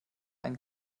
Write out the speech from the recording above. ein